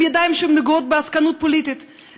ידיים שהן נגועות בעסקנות פוליטית,